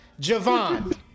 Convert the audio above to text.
Javon